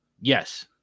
Yes